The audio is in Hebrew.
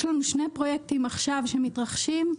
יש לנו שני פרויקטים עכשיו שמתרחשים: